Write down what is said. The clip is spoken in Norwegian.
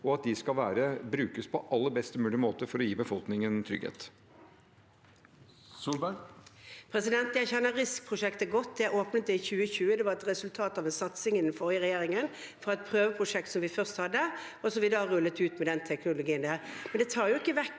og at de skal brukes på aller best mulig måte for å gi befolkningen trygghet. Erna Solberg (H) Jeg kjenner RISK-pro- sjektet godt, jeg åpnet det i 2020. Det var et resultat av satsingen til den forrige regjeringen fra et prøveprosjekt som vi hadde først, og som vi da rullet ut med den teknologien. Men det tar jo ikke vekk